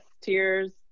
tears